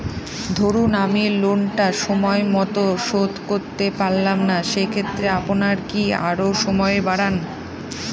ধরুন আমি লোনটা সময় মত শোধ করতে পারলাম না সেক্ষেত্রে আপনার কি আরো সময় বাড়ান?